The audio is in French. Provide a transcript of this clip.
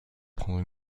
prendre